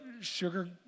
sugar